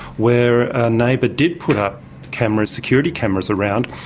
where a neighbour did put up cameras security cameras around,